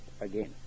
again